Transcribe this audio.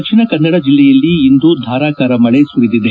ದಕ್ಷಿಣ ಕನ್ನಡ ಜಿಲ್ಲೆಯಲ್ಲಿ ಇಂದು ಧಾರಾಕಾರವಾಗಿ ಮಳಿ ಸುರಿದಿದೆ